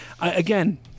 Again